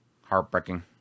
heartbreaking